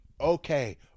okay